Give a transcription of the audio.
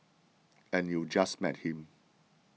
and you just met him